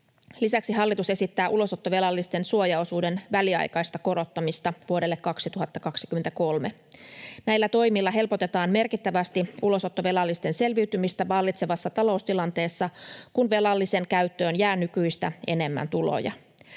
Lisäksi hallitus esittää ulosottovelallisten suojaosuuden väliaikaista korottamista vuodelle 2023. Näillä toimilla helpotetaan merkittävästi ulosottovelallisten selviytymistä vallitsevassa taloustilanteessa, kun velallisen käyttöön jää nykyistä enemmän tuloja.